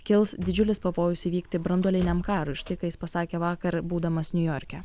kils didžiulis pavojus įvykti branduoliniam karui štai ką jis pasakė vakar būdamas niujorke